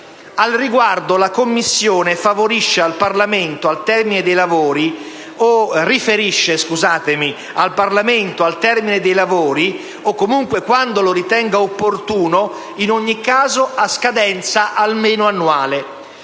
Al riguardo, la Commissione riferisce al Parlamento al termine dei lavori, o comunque quando lo ritenga opportuno, in ogni caso a scadenza almeno annuale.